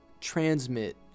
transmit